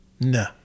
No